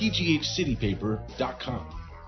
pghcitypaper.com